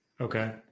Okay